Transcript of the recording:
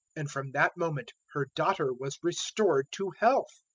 and from that moment her daughter was restored to health.